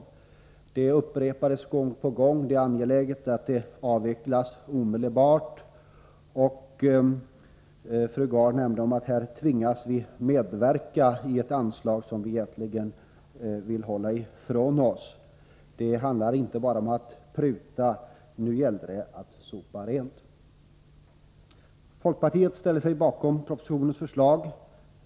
Gång på gång upprepades att det är angeläget att stödet avvecklas omedelbart, och fru Gard nämnde att hon tvingas medverka till ett anslag som moderaterna egentligen vill slopa. Det handlar nu inte bara om att pruta — nu gäller det att sopa rent! Folkpartiet ställer sig bakom propositionens förslag.